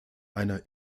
einer